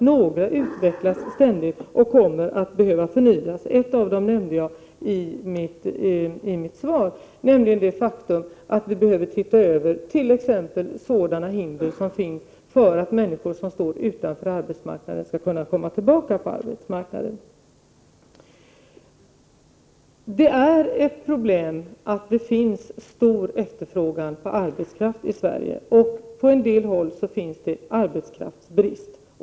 Några utvecklas ständigt och kommer att behöva förnyas. Ett av dem nämnde jag i mitt svar, nämligen det faktum att vi behöver se över t.ex. sådana hinder som finns för att människor som står utanför arbetsmarknaden skall kunna komma tillbaka i arbetet. Det är ett problem att det finns stor efterfrågan på arbetskraft i Sverige. På en del håll råder arbetskraftsbrist.